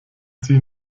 sie